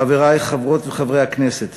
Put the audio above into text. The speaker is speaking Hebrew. חברי חברות וחברי הכנסת,